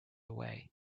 away